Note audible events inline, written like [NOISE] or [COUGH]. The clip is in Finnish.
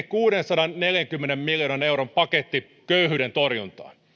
[UNINTELLIGIBLE] kuudensadanneljänkymmenen miljoonan euron paketti köyhyyden torjuntaan